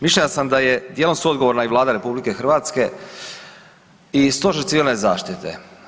Mišljenja sam da je dijelom suodgovorna i Vlada RH i Stožer Civilne zaštite.